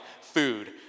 food